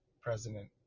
president